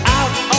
out